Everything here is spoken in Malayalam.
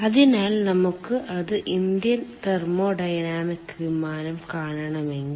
അതിനാൽ നമുക്ക് അത് ഇന്ത്യൻ തെർമോഡൈനാമിക് വിമാനം കാണണമെങ്കിൽ